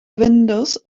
windows